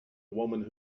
woman